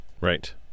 Right